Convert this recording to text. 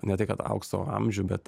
ne tai kad aukso amžių bet